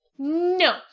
No